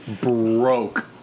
broke